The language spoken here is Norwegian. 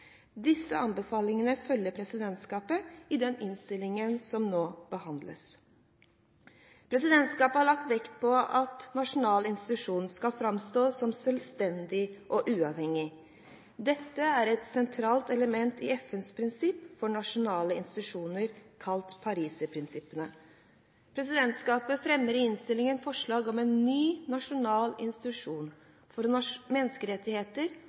Disse anbefalingene følger presidentskapet i innstillingen som nå behandles. Presidentskapet har lagt vekt på at nasjonal institusjon skal framstå som selvstendig og uavhengig. Dette er et sentralt element i FNs prinsipper for nasjonale institusjoner, kalt Paris-prinsippene. Presidentskapet fremmer i innstillingen forslag om at ny nasjonal institusjon for menneskerettigheter